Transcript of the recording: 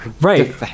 right